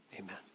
Amen